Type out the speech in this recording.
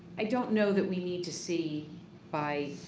i don't know that we need to see by